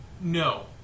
no